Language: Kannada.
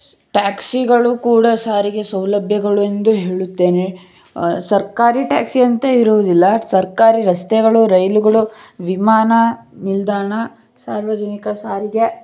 ಸ್ ಟ್ಯಾಕ್ಸಿಗಳು ಕೂಡ ಸಾರಿಗೆ ಸೌಲಭ್ಯಗಳೆಂದು ಹೇಳುತ್ತೇನೆ ಸರ್ಕಾರಿ ಟ್ಯಾಕ್ಸಿ ಅಂತ ಇರೋದಿಲ್ಲ ಸರ್ಕಾರಿ ರಸ್ತೆಗಳು ರೈಲುಗಳು ವಿಮಾನ ನಿಲ್ದಾಣ ಸಾರ್ವಜನಿಕ ಸಾರಿಗೆ